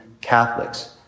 Catholics